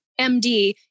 MD